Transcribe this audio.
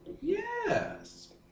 Yes